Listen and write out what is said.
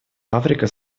африка